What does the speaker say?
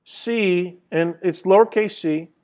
c and it's lowercase c.